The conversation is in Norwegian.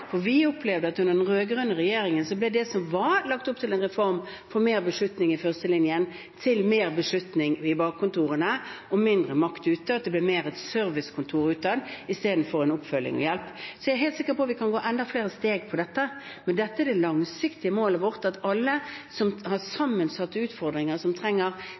for vi opplevde at under den rød-grønne regjeringen ble det som var lagt opp til å være en reform for mer beslutning i førstelinjen, til mer beslutning i kontorene og mindre makt ute, mer et servicekontor utad istedenfor oppfølging og hjelp. Jeg er helt sikker på at vi kan gå enda flere steg med dette, men det langsiktige målet vårt er at alle som har sammensatte utfordringer, som trenger